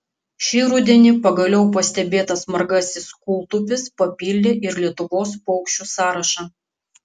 šį rudenį pagaliau pastebėtas margasis kūltupis papildė ir lietuvos paukščių sąrašą